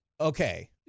okay